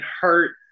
hurt